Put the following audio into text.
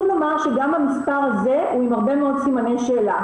לומר שגם המספר הזה הוא עם הרבה מאוד סימני שאלה,